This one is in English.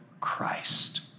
Christ